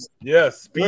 Yes